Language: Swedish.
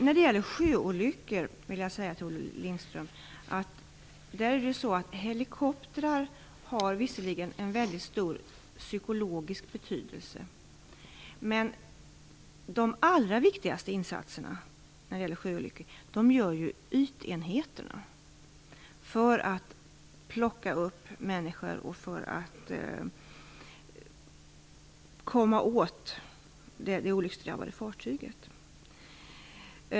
När det gäller sjöolyckor vill jag säga till Olle Lindström att helikoptrar visserligen har en väldigt stor psykologisk betydelse, men de allra viktigaste insatserna gör ytenheterna, för att plocka upp människor och för att komma åt det olycksdrabbade fartyget.